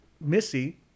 Missy